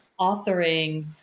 authoring